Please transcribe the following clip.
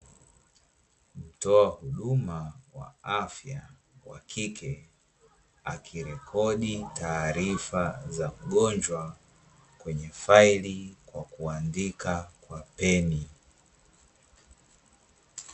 Mtoa huduma wa afya wakike akirekodi taarifa za mgonjwa kwenye faili kwa kuandika kwa peni.